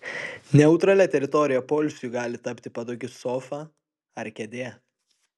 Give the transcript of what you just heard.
neutralia teritorija poilsiui gali tapti patogi sofa ar kėdė